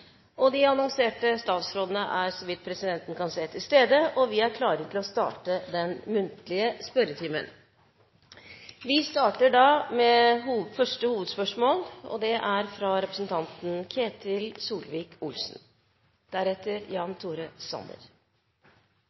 De annonserte regjeringsmedlemmer er til stede, og vi er klare til å starte den muntlige spørretimen. Vi starter da med første hovedspørsmål, fra representanten Ketil Solvik-Olsen. Vekst og verdiskaping er